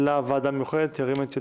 לוועדה המיוחדת, ירים את ידו.